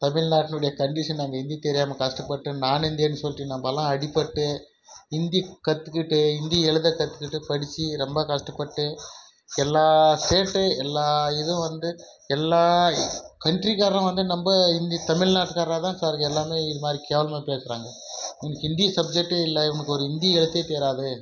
தமிழ்நாட்டினுடைய கண்டிஷன் அங்கே ஹிந்தி தெரியாமல் கஷ்டப்பட்டு நான் இந்தியன்னு சொல்லிட்டு நம்பலாம் அடிப்பட்டு ஹிந்தி கற்றுக்கிட்டு ஹிந்தி எழுத கற்றுக்கிட்டு படிச்சு ரொம்ப கஷ்டப்பட்டு எல்லா ஸ்டேட்டு எல்லா இதுவும் வந்து எல்லா கண்ட்ரிகாரரும் வந்து நம்ப ஹிந்தி தமிழ்நாட்டுகாரரை தான் சார் எல்லாமே இது மாதிரி கேவலமாக பேசுகிறாங்க இந்த ஹிந்தி சப்ஜெக்டே இல்லை இவனுக்கு ஒரு ஹிந்தி எழுத்தே தெரியாது